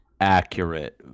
accurate